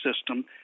system